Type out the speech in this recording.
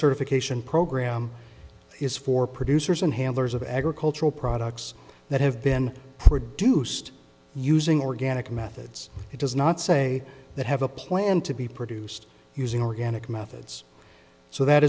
certification program is for producers and handlers of agricultural products that have been produced using organic methods it does not say that have a plan to be produced using organic methods so that